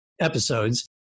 episodes